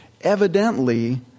Evidently